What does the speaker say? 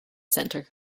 center